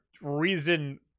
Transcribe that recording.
reason